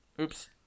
Oops